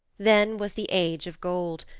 then was the age of gold,